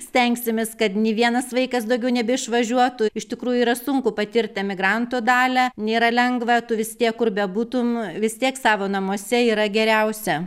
stengsimės kad nė vienas vaikas daugiau nebeišvažiuotų iš tikrųjų yra sunku patirti emigranto dalią nėra lengva tu vis tiek kur bebūtum vis tiek savo namuose yra geriausia